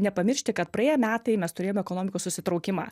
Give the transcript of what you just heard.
nepamiršti kad praėję metai mes turėjome ekonomikos susitraukimą